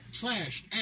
slash